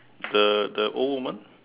the the old woman